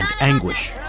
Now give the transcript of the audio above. anguish